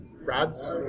Rods